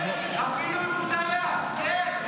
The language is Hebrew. אפילו אם הוא טייס, כן,